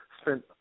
spent